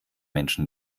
menschen